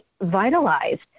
vitalized